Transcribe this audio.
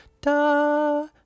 da